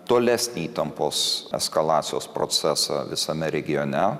tolesnį įtampos eskalacijos procesą visame regione